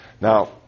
Now